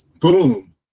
Boom